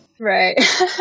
Right